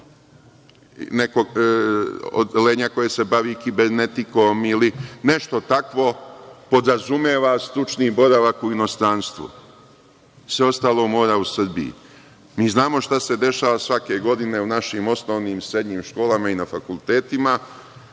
nekog odeljenja koje se bavi kibernetikom ili nešto takvo, podrazumeva stručni boravak u inostranstvu. Sve ostalo mora u Srbiji. Mi znamo šta se dešava svake godine u našim osnovnim i srednjim školama i na fakultetima,